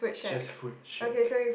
just food check